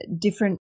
different